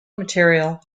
material